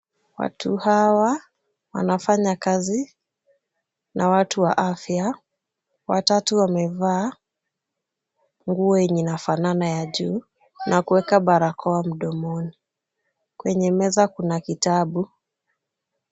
Watu hawa wanafanya kazi na watu wa afya. Watatu wamevaa nguo yenye inafanana ya juu na kuweka barakoa mdomoni. Kwenye meza kuna kitabu.